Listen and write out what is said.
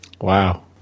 Wow